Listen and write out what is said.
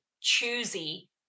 choosy